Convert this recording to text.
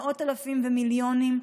מאות אלפים ומיליונים,